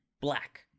black